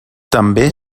també